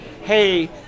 hey